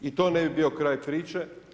I to ne bi bio kraj priče.